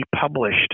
published